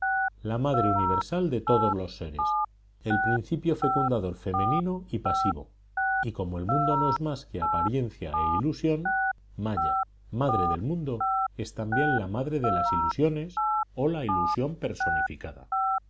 la madre universal de todos los seres el principio fecundador femenino y pasivo y como el mundo no es más que apariencia e ilusión maya madre del mundo es también la madre de las ilusiones o la ilusión personificada